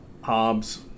Hobbs